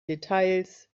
details